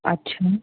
اچھا